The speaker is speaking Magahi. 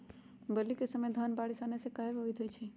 बली क समय धन बारिस आने से कहे पभवित होई छई?